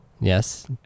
Yes